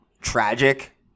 tragic